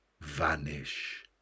vanish